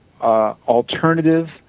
alternative